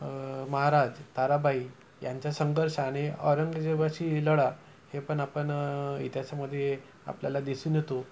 महाराज ताराबाई यांचा संघर्षाने औरंगजबाशी लढा हे पण आपण इतिहासामध्ये आपल्याला दिसून येतो